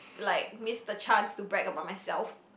like miss the chance to brag about myself